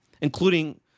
including